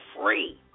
free